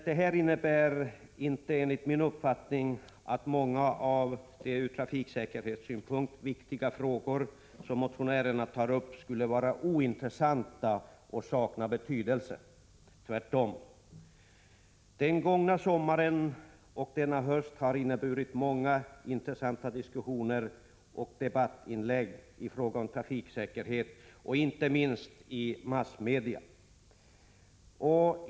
Detta innebär enligt min uppfattning inte att många av de ur trafiksäkerhetssynpunkt viktiga frågor som motionärerna tar upp skulle vara ointressanta och sakna betydelse. Den gångna sommaren och denna höst har inneburit många intressanta diskussioner och debattinlägg, inte minst i massmedia, i fråga om trafiksäkerhet.